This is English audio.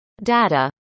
data